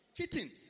Cheating